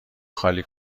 خالی